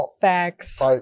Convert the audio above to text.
Facts